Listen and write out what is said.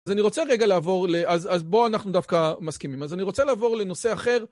אז אני רוצה רגע לעבור, אז בואו אנחנו דווקא מסכימים, אז אני רוצה לעבור לנושא אחר.